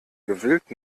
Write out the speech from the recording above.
gewillt